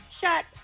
Shut